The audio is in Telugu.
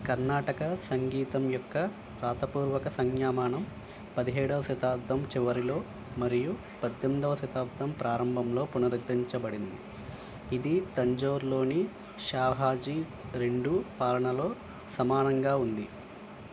కర్ణాటక సంగీతం యొక్క వ్రాతపూర్వక సంజ్ఞామానం పదిహేడవ శతాబ్దం చివరిలో మరియు పద్దెనిమిదవ శతాబ్దం ప్రారంభంలో పునరుద్ధరించబడింది ఇది తంజోర్లోని షాహాజీ రెండు పాలనలో సమానంగా ఉంది